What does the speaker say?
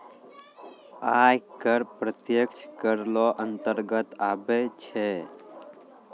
आय कर प्रत्यक्ष कर रो अंतर्गत आबै छै